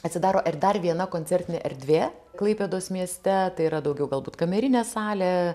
atsidaro ir dar viena koncertinė erdvė klaipėdos mieste tai yra daugiau galbūt kamerinė salė